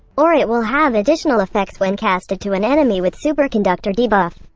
or it will have additional effects when casted to an enemy with superconductor debuff.